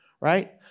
right